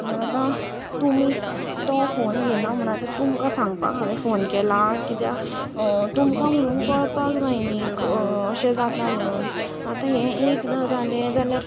म्हणून आतां तुमी तो फोन घेना म्हणून आतां तुमकां सांगपाक हांवें फोन केला कित्याक तुमकां म्हुणून कळपाक जाय न्ही अशें जाता म्हणून आतां हें एकदां जालें जाल्यार